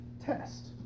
test